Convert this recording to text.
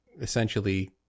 essentially –